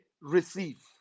receive